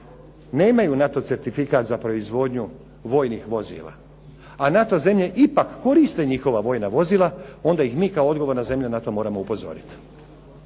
nemaju NATO certifikat za proizvodnju vojnih vozila a NATO zemlje ipak koriste njihova vojna vozila onda ih mi kao odgovorna zemlja na to moramo upozoriti.